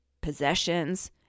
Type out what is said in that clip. possessions